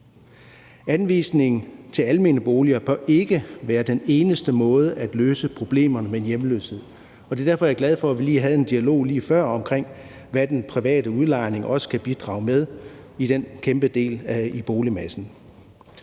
Anvisning til almene boliger bør ikke være den eneste måde at løse problemerne med hjemløshed på, og det er derfor, jeg er glad for, at vi lige før havde en dialog om, hvad den private udlejning også kan bidrage med i den kæmpe del af boligmassen.